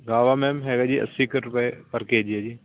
guava ma'am ਹੈਗਾ ਜੀ ਅੱਸੀ ਕੁ ਰੁਪਏ ਪਰ ਕੇਜੀ ਹੈ ਜੀ